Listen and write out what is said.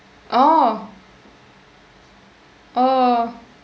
oh oh